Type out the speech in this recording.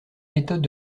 méthodes